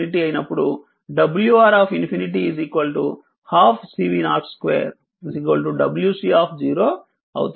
t అయినప్పుడు wR 12 CV0 2 wC అవుతుంది